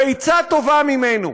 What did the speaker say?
ביצה טובה ממנו.